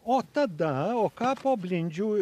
o tada o ką po blindžių